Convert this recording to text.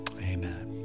Amen